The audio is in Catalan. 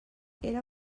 era